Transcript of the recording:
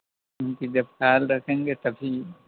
جب خیال رکھیں گے تبھی